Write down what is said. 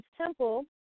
Temple